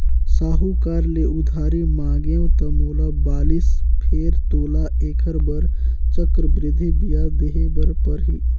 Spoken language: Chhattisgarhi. साहूकार ले उधारी मांगेंव त मोला बालिस फेर तोला ऐखर बर चक्रबृद्धि बियाज देहे बर परही